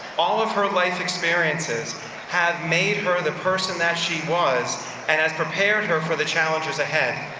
all of her life experiences have made her the person that she was and has prepared her for the challenges ahead.